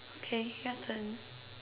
okay you're done